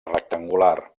rectangular